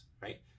right